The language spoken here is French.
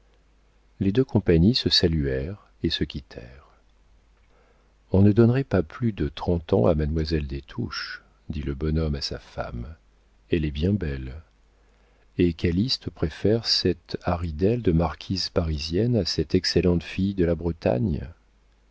les deux compagnies se saluèrent et se quittèrent on ne donnerait pas plus de trente ans à mademoiselle des touches dit le bonhomme à sa femme elle est bien belle et calyste préfère cette haridelle de marquise parisienne à cette excellente fille de la bretagne